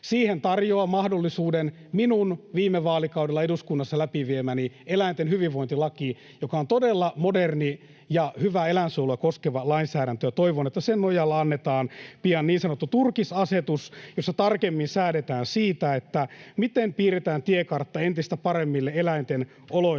Siihen tarjoaa mahdollisuuden minun viime vaalikaudella eduskunnassa läpi viemäni eläinten hyvinvointilaki, joka on todella moderni ja hyvä eläinsuojelua koskeva lainsäädäntö. Toivon, että sen nojalla annetaan pian niin sanottu turkisasetus, jossa tarkemmin säädetään siitä, miten piirretään tiekartta entistä paremmille eläinten oloille